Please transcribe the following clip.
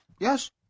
Yes